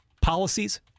policies